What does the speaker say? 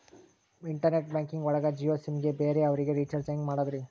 Internet banking ಒಳಗ Jio sim ಗೆ ಬೇರೆ ಅವರಿಗೆ ರೀಚಾರ್ಜ್ ಹೆಂಗ್ ಮಾಡಿದ್ರಿ?